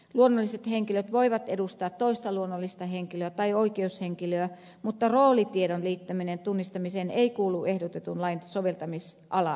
luonnolliset henkilöt voivat edustaa toista luonnollista henkilöä tai oikeushenkilöä mutta roolitiedon liittäminen tunnistamiseen ei kuulu ehdotetun lain soveltamisalaan